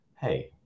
hey